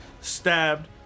stabbed